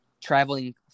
traveling